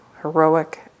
heroic